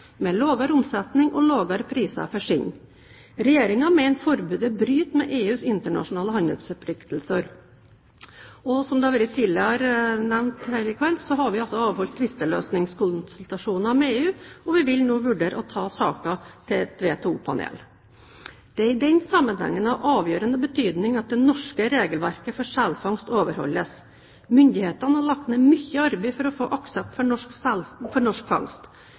med lavere omsetning og lavere priser for skinn. Regjeringen mener forbudet bryter med EUs internasjonale handelsforpliktelser. Som det tidligere har vært nevnt her i kveld, har vi altså avholdt tvisteløsningskonsultasjoner med EU, og vi vil vurdere å ta saken til et WTO-panel. Det er i denne sammenheng av avgjørende betydning at det norske regelverket for selfangst overholdes. Myndighetene har lagt ned mye arbeid for å få aksept for norsk fangst.